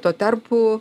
tuo tarpu